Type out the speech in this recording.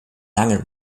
langem